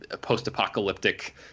post-apocalyptic